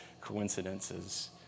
coincidences